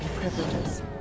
privileges